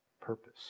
purpose